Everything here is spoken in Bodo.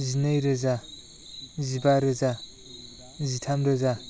जिनै रोजा जिबा रोजा जिथाम रोजा